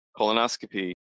colonoscopy